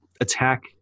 attack